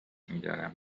میدارم